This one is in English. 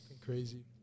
crazy